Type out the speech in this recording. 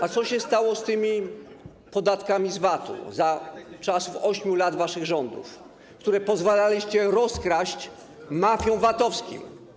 A co się stało z tymi podatkami z VAT za czasów 8 lat waszych rządów, które pozwalaliście rozkraść mafiom VAT-owskim?